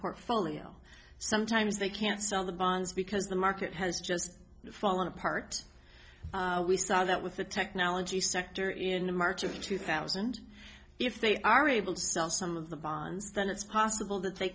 portfolio sometimes they can't sell the bonds because the market has just fallen apart we saw that with the technology sector in march of two thousand if they are able to sell some of the bonds then it's possible that they